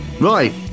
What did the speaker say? right